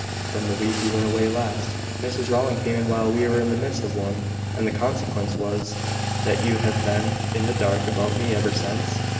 from the week you went away last. mrs rowland came in while we were in the midst of one and the consequence was that you have been in the dark about me ever since.